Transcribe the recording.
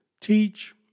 Teach